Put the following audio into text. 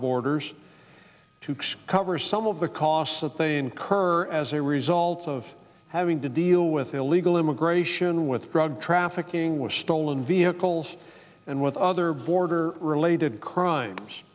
borders to cover some of the costs that they incur as a result of having to deal with illegal immigration with drug trafficking with stolen vehicles and with other border related crimes